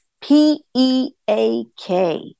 P-E-A-K